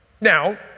Now